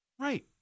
Right